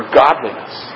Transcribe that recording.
godliness